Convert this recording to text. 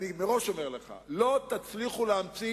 אני אומר לכם מראש: לא תצליחו להמציא